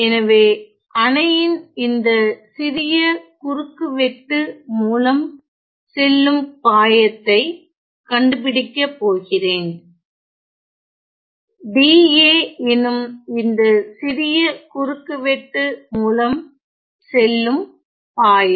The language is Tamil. எனவே அணையின் இந்த சிறிய குறுக்கு வெட்டு மூலம் செல்லும் பாயத்தை கண்டுபிடிக்க போகிறேன் dA எனும் இந்த சிறிய குறுக்கு வெட்டு மூலம் செல்லும் பாயம்